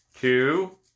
Two